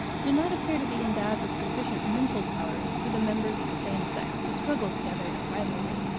do not appear to be endowed with sufficient mental powers for the members of the same sex to struggle together in rivalry,